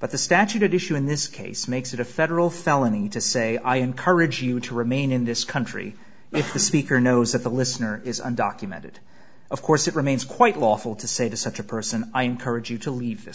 but the statute issue in this case makes it a federal felony to say i encourage you to remain in this country if the speaker knows that the listener is undocumented of course it remains quite lawful to say to such a person i encourage you to leave this